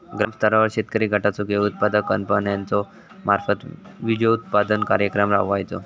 ग्रामस्तरावर शेतकरी गटाचो किंवा उत्पादक कंपन्याचो मार्फत बिजोत्पादन कार्यक्रम राबायचो?